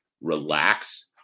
Relax